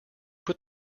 put